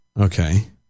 Okay